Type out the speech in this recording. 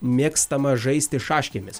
mėgstama žaisti šaškėmis